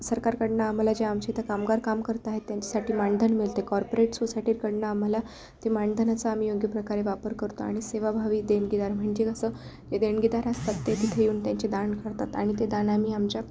सरकारकडून आम्हाला जे आमच्या इथं कामगार काम करता आहेत त्यांच्यासाठी मानधन मिळते कॉर्पोरेट सोसायटीकडून आम्हाला ते मानधनाचा आम्ही योग्य प्रकारे वापर करतो आणि सेवाभावी देणगीदार म्हणजे कसं ते देणगीदार असतात ते तिथे येऊन त्यांचे दान करतात आणि ते दान आम्ही आमच्या